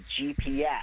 GPS